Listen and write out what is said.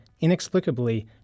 inexplicably